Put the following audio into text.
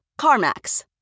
CarMax